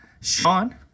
Sean